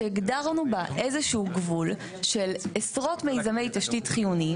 שהגדרנו בה איזה שהוא גבול של עשרות מיזמי תשתית חיוניים